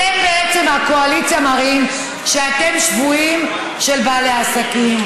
אתם הקואליציה מראים שאתם שבויים של בעלי העסקים,